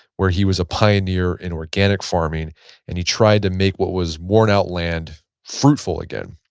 where he was a pioneer in organic farming and he tried to make what was worn out land fruitful again.